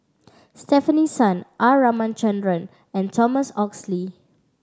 Stefanie Sun R Ramachandran and Thomas Oxley